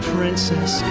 Princess